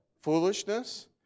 Foolishness